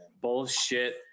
bullshit